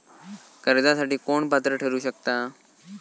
कर्जासाठी कोण पात्र ठरु शकता?